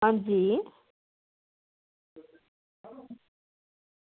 अंजी